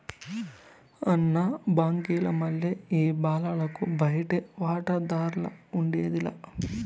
అన్న, బాంకీల మల్లె ఈ బాలలకు బయటి వాటాదార్లఉండేది లా